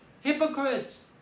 hypocrites